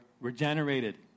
regenerated